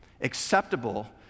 acceptable